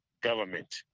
government